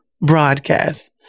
broadcast